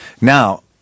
Now